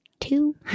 Two